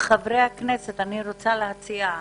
חברי הכנסת, אני מציעה